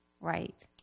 Right